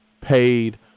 paid